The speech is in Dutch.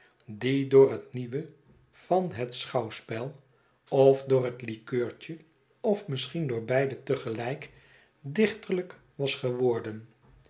die door het nieuwe van het schouwspel of door het likeurtje of misschien door beide te gelijk dichterlijk was geworden